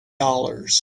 dollars